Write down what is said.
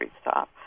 Stop